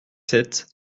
sept